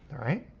alright?